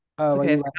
okay